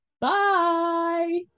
Bye